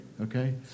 okay